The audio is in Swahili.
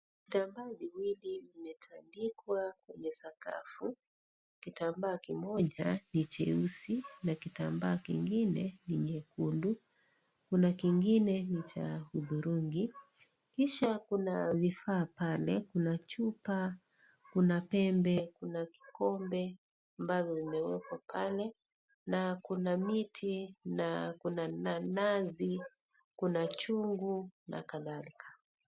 Vitambaa viwili vimetandikwa kwenye sakafu kitambaa kimoja ni jeusi na kitambaa kingine ni nyekundu kuna kingine ni cha hudhurungi kisha kuna vifaa pale kuna chupa kuna pembe na kikombe ambavyo vimeekwa pale na kuna miti na kuna nanazi kuna chungu na kadhalika.